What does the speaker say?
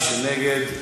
ומי שנגד,